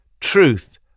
Truth